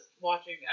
watching